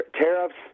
Tariffs